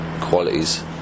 qualities